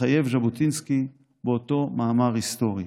התחייב ז'בוטינסקי באותו מאמר היסטורי.